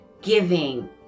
giving